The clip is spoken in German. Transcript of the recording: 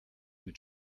mit